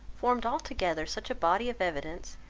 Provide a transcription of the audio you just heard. formed altogether such a body of evidence,